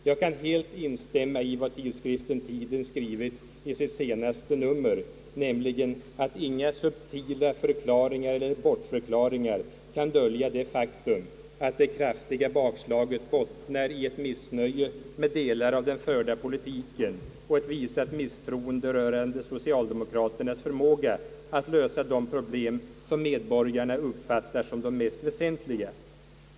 Jag kan helt instämma i vad tidskriften Tiden skrivit i sitt senaste nummer, nämligen att inga subtila förklaringar eller bortförklaringar kan dölja det faktum att det kraftiga bakslaget bottnar i missnöje med delar av den förda politiken och ett visat misstroende mot socialdemokraternas förmåga att lösa de problem som medborgarna uppfattar som de mest väsentliga.